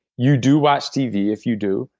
you do watch tv, if you do.